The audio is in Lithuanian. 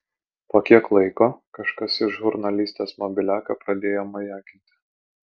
po kiek laiko kažkas į žurnalistės mobiliaką pradėjo majakinti